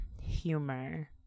humor